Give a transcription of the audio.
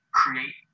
create